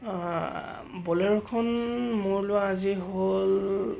ব'লেৰুখন মোৰ লোৱা আজি হ'ল